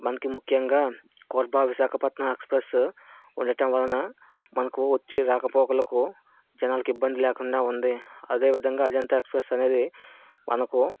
మనకి ముఖ్యంగా కుర్భా విశాఖపట్నం ఎక్స్ప్రెస్ ఉండటం వలన మనకు వచ్చి రాకపోకలకు జనాలకి ఇబ్బంది లేకుండా ఉంది అదే విధంగా అజంత ఎక్స్ప్రెస్ అనేది మనకు